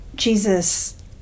Jesus